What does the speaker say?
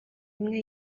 imwe